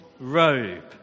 robe